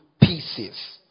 pieces